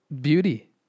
Beauty